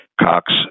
Cox